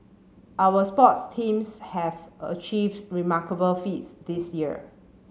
our sports teams have achieved remarkable feats this year